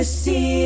see